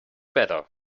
better